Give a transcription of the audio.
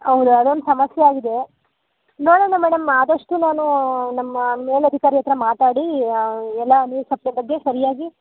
ಹೌದು ಅದೊಂದು ಸಮಸ್ಯೆ ಆಗಿದೆ ನೋಡೋಣ ಮೇಡಮ್ ಆದಷ್ಟು ನಾನು ನಮ್ಮ ಮೇಲಧಿಕಾರಿ ಹತ್ತಿರ ಮಾತಾಡಿ ಎಲ್ಲ ನೀರು ಸಪ್ಲೈ ಬಗ್ಗೆ ಸರಿಯಾಗಿ